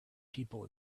people